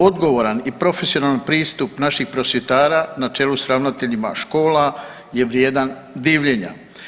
Odgovoran i profesionalan pristup naših prosvjetara na čelu s ravnateljima škola je vrijedan divljenja.